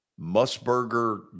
Musburger